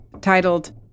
titled